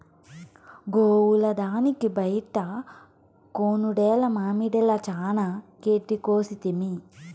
గోవుల దానికి బైట కొనుడేల మామడిల చానా గెడ్డి కోసితిమి